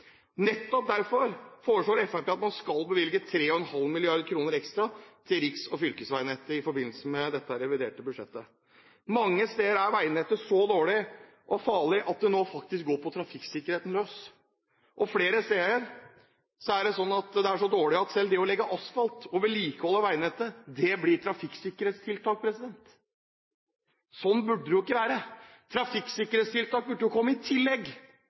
Nettopp derfor foreslår Fremskrittspartiet at man skal bevilge 3,5 mrd. kr ekstra til riks- og fylkesveinettet i forbindelse med dette reviderte budsjettet. Mange steder er veinettet så dårlig og farlig at det nå faktisk går på trafikksikkerheten løs. Flere steder er det så dårlig at selv det å legge asfalt og vedlikeholde veinettet blir trafikksikkerhetstiltak. Sånn burde det ikke være. Trafikksikkerhetstiltak burde jo komme i tillegg,